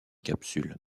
capsule